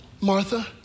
Martha